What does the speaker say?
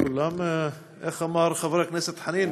כולם, איך אמר חבר הכנסת חנין?